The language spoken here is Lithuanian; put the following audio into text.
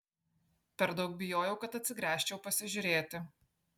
per daug bijojau kad atsigręžčiau pasižiūrėti